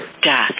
death